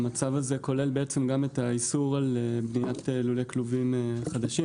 המצב הזה כולל בעצם גם את האיסור על בניית לולי כלובים חדשים,